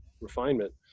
refinement